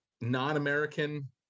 non-american